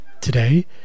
Today